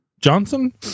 Johnson